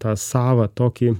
tą savą tokį